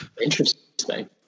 Interesting